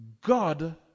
God